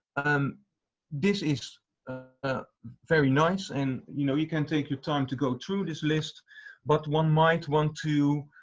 and this is very nice and you know, you can take your time to go through this list but one might want to,